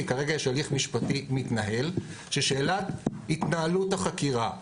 כי כרגע יש הליך משפטי מתנהל ששאלת התנהלות החקירה,